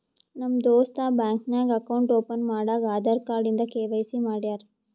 ನಮ್ ದೋಸ್ತ ಬ್ಯಾಂಕ್ ನಾಗ್ ಅಕೌಂಟ್ ಓಪನ್ ಮಾಡಾಗ್ ಆಧಾರ್ ಕಾರ್ಡ್ ಇಂದ ಕೆ.ವೈ.ಸಿ ಮಾಡ್ಯಾರ್